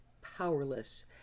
powerless